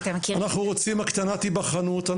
אנחנו רוצים הקטנת היבחנות,